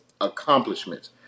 accomplishments